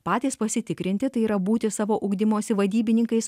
patys pasitikrinti tai yra būti savo ugdymosi vadybininkais